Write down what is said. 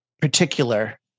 particular